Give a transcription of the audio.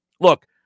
look